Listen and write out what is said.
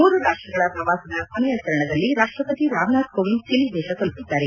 ಮೂರು ರಾಷ್ಷಗಳ ಪ್ರವಾಸದ ಕೊನೆಯ ಚರಣದಲ್ಲಿ ರಾಷ್ಷಪತಿ ರಾಮನಾಥ್ ಕೋವಿಂದ್ ಚಿಲಿ ದೇಶ ತಲುಪಿದ್ದಾರೆ